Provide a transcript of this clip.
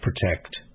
protect